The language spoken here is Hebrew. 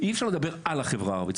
אי אפשר לדבר על החברה הערבית,